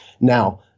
Now